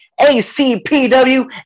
ACPW